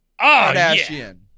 Kardashian